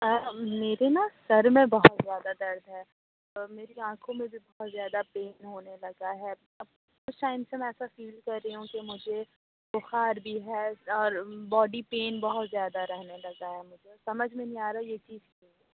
آ میرے نا سر میں بہت زیادہ درد ہے اور میری آنکھوں میں بھی بہت زیادہ پین ہونے لگا ہے اب کچھ ٹائم سے میں ایسا فیل کر رہی ہوں کہ مجھے بُخار بھی ہے اور باڈی پین بہت زیادہ رہنے لگا ہے مجھے سمجھ میں نہیں آ رہا ہے یہ چیز کیا ہے